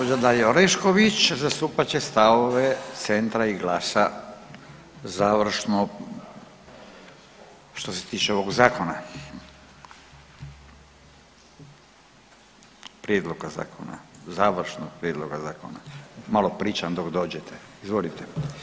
I gđa. Dalija Orešković zastupat će stavove Centra i GLAS-a završno što se tiče ovog zakona, prijedloga zakona, završno prijedloga zakona, malo pričam dok dođete, izvolite.